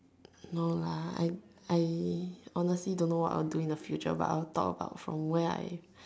no lah I I honestly I don't know what I will do in the future but I will talk about from where I